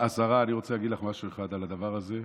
אני רוצה להגיד לך משהו אחד על הדבר הזה,